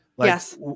Yes